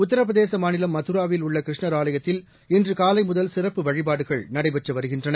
உத்தரபிரதேசமாநிலம் மதராவில் உள்ளகிருஷ்ணர் ஆலயத்தில் இன்றுகாலைமுதல் சிறப்பு வழிபாடுகள் நடைபெற்றுவருகின்றன